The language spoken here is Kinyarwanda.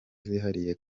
zihariye